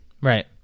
Right